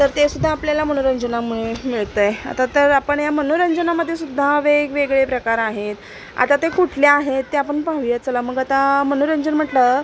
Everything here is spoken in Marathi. तर तेसुद्धा आपल्याला मनोरंजनामुळे मिळतं आहे आता तर आपण या मनोरंजनामध्येसुद्धा वेगवेगळे प्रकार आहेत आता ते कुठल्या आहेत ते आपण पाहूया चला मग आता मनोरंजन म्हटलं